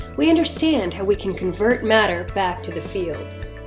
we understand how we can convert matter back to the fields.